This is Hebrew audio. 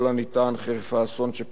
חרף האסון שפקד אותה,